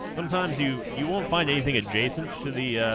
sometimes you you won't find anything adjacent to the